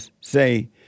say